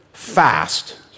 fast